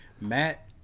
matt